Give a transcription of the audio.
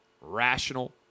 rational